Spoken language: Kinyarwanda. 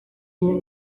ubu